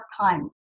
time